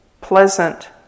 pleasant